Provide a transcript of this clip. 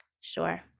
sure